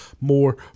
more